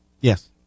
Yes